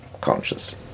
conscious